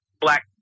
black